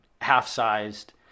half-sized